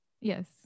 yes